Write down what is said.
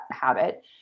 habit